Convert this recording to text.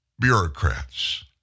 Bureaucrats